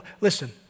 listen